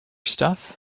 stuff